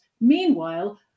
meanwhile